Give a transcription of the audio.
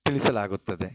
ತಿಳಿಸಲಾಗುತ್ತದೆ